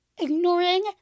Ignoring